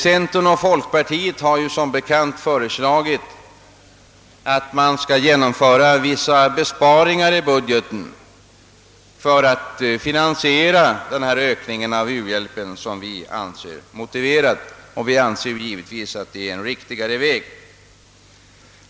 Centerpartiet och folkpartiet har som bekant föreslagit att man skall genomföra vissa besparingar i budgeten för att finansiera den ökning av u-hjälpen som vi anser vara motiverad, och denna väg anser vi givetvis vara den riktigare.